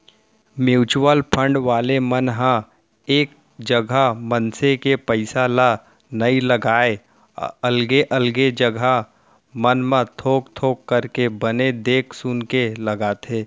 mutual fund वाले मन ह एक जगा मनसे के पइसा ल नइ लगाय अलगे अलगे जघा मन म थोक थोक करके बने देख सुनके लगाथे